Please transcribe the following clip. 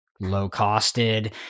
low-costed